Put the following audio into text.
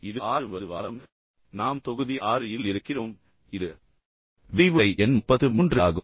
இது 6 வது வாரம் நாம் தொகுதி 6 இல் இருக்கிறோம் இது விரிவுரை எண் 33 ஆகும்